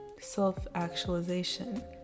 self-actualization